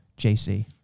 JC